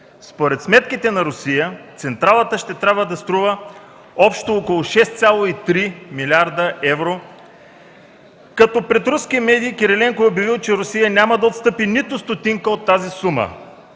Според сметките на Русия, централата ще трябва да струва общо около 6,3 млрд. евро, като пред руски медии Кириленко е обявил, че Русия няма да отстъпи нито стотинка от тази сума.